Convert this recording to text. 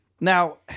Now